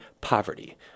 poverty